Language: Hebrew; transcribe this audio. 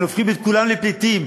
אנחנו הופכים את כולם לפליטים.